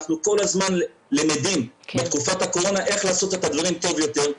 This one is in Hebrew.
אנחנו כל הזמן למדים בתקופת הקורונה איך לעשות את הדברים טוב יותר,